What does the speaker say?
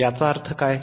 याचा अर्थ काय